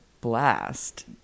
blast